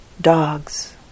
dogs